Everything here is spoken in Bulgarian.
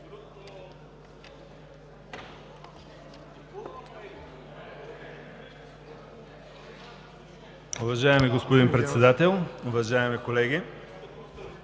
Уважаеми господин Председател, уважаеми колеги!